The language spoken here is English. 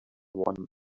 one